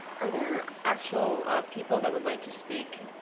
are there actual people that would like to speak,